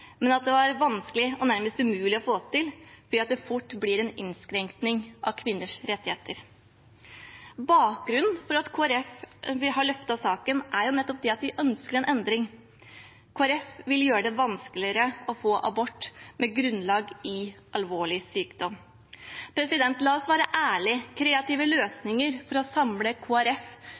men at det var vanskelig og nærmest umulig å få til, fordi det fort blir en innskrenkning av kvinners rettigheter. Bakgrunnen for at Kristelig Folkeparti har løftet saken, er jo nettopp det at de ønsker en endring. Kristelig Folkeparti vil gjøre det vanskeligere å få abort med grunnlag i alvorlig sykdom. La oss være ærlige: Kreative løsninger for å samle